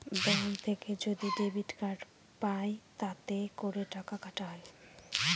bank থেকে যদি debit card পাই তাতে করে টাকা কাটা হয়